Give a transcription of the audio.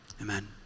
amen